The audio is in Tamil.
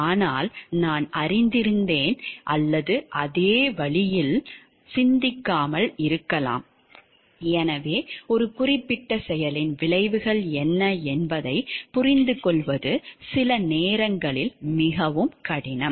ஆனால் நான் அறிந்திருந்தேன் அல்லது அதே வழியில் சிந்திக்காமல் இருக்கலாம் எனவே ஒரு குறிப்பிட்ட செயலின் விளைவுகள் என்ன என்பதை புரிந்துகொள்வது சில நேரங்களில் மிகவும் கடினம்